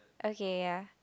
okay ya